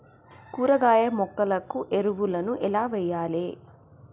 కూరగాయ మొక్కలకు ఎరువులను ఎలా వెయ్యాలే?